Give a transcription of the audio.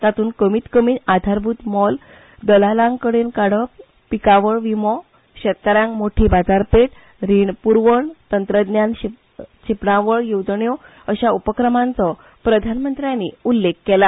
तातूंत कमीतकमी आधारभत मोल दलालांक कडेक काडप पिकावळ विमो शेतकारांक मोठी बाजारपेठ रीण प्रवण तंत्रज्ञान शिपणावळ येवजण्यो अशा उपक्रमांचो प्रधानमंत्र्यांनी उल्लेख केला